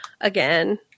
again